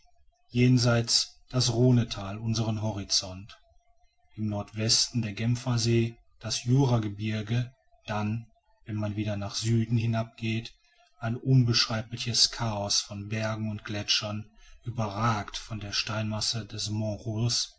jenseit das rhonethal unseren horizont im nordwesten der genfer see das juragebirge dann wenn man wieder nach süden hinab geht ein unbeschreibliches chaos von bergen und gletschern überragt von der steinmasse des mont rose